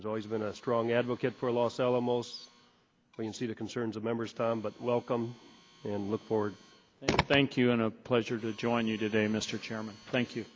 is always been a strong advocate for los alamos and see the concerns of members but welcome and look forward thank you and a pleasure to join you today mr chairman thank you